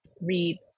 read